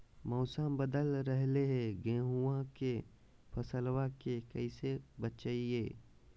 मौसम बदल रहलै है गेहूँआ के फसलबा के कैसे बचैये?